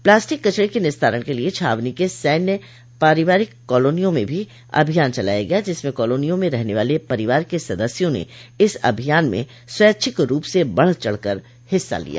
plastic कचड़े के निस्तारण के लिये छावनी के सैन्य पारिवारिक कालोनियों में भी अभियान चलाया गया जिसमें कालोनियों में रहने वाले परिवार के सदस्यों ने इस अभियान में स्वैच्छिक रूप से बढ़ चढ़ कर हिस्सा लिया